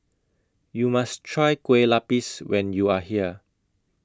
YOU must Try Kue Lupis when YOU Are here